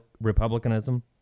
republicanism